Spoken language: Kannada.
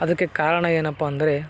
ಅದಕ್ಕೆ ಕಾರಣ ಏನಪ್ಪ ಅಂದರೆ